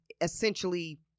essentially